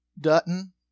Dutton